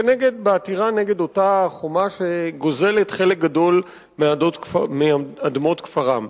בעתירה נגד אותה חומה שגוזלת חלק גדול מאדמות כפרם.